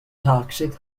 toxic